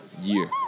year